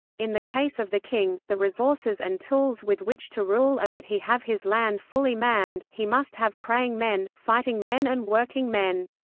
in the case of the king, the resources and tools with which to rule are that he have his land fully manned he must have praying men, fighting men and working men.